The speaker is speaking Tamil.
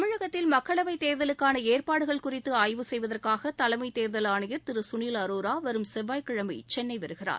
தமிழகத்தில் மக்களவைத் தேர்தலுக்கான ஏற்பாடு குறித்து ஆய்வு செய்வதற்காக தலைமை தேர்தல் ஆணையர் திரு சுனில் அரோரா வரும் செவ்வாய்க்கிழமைசென்னை வருகிறார்